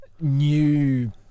new